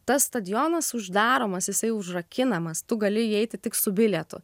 tas stadionas uždaromas jisai užrakinamas tu gali įeiti tik su bilietu